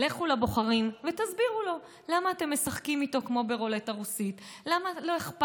בחוגי בית, כמו שאני הייתי.